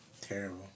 Terrible